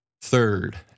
Third